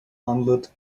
unlit